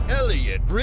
Elliot